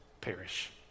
perish